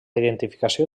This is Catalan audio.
identificació